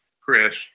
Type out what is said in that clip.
Chris